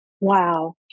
Wow